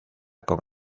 con